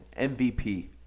MVP